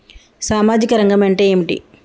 సామాజిక రంగం అంటే ఏమిటి?